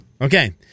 Okay